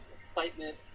excitement